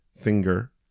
finger